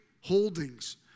holdings